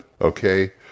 Okay